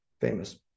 famous